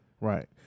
Right